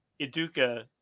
Iduka